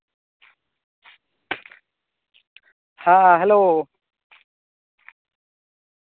ᱦᱮᱸ ᱦᱮᱞᱳ